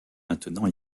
maintenant